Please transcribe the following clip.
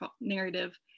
narrative